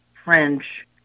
French